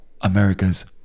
America's